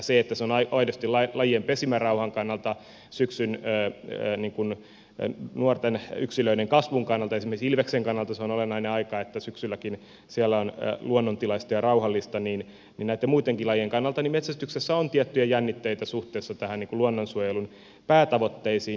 aidosti lajien pesimärauhan kannalta nuorten yksilöiden kasvun kannalta esimerkiksi ilveksen kannalta on olennaista että syksylläkin siellä on luonnontilaista ja rauhallista ja näitten muittenkin lajien kannalta metsästyksessä on tiettyjä jännitteitä suhteessa luonnonsuojelun päätavoitteisiin